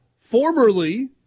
Formerly